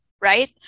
right